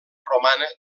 romana